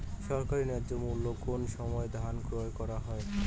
সরকারি ন্যায্য মূল্যে কোন সময় ধান ক্রয় করা হয়?